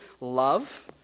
love